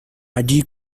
allí